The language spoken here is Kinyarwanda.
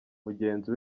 mugenzi